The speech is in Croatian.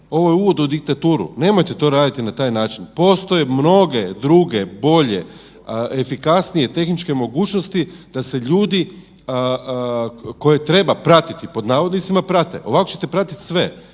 ovo je uvod u diktaturu. Nemojte to raditi na taj način. Postoje mnoge druge bolje, efikasnije tehničke mogućnosti da se ljudi koje treba „pratiti“ prate, ovako ćete pratiti sve.